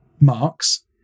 marks